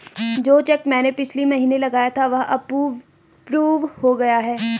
जो चैक मैंने पिछले महीना लगाया था वह अप्रूव हो गया है